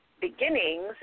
beginnings